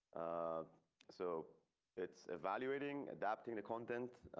ah so it's evaluating adapting the content.